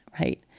right